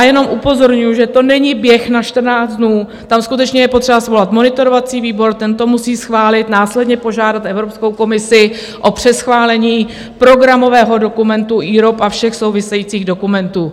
Jenom upozorňuju, že to není běh na čtrnáct dnů, tam je skutečně potřeba svolat monitorovací výbor, ten to musí schválit, následně požádat Evropskou komisi o přeschválení programového dokumentu IROP a všech souvisejících dokumentů.